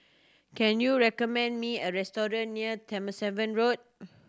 can you recommend me a restaurant near Road